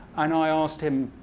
and i asked him,